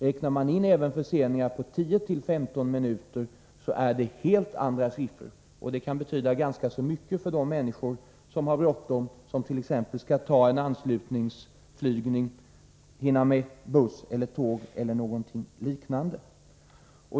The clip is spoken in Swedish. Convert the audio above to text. Räknar man in även förseningar på 10-15 minuter blir det helt andra siffror, och det kan betyda ganska mycket för de människor som har bråttom, t.ex. sådana som skall ta ett anslutningsflyg, hinna med buss eller tåg eller någonting liknande.